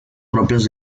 propias